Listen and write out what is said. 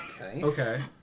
Okay